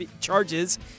charges